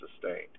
sustained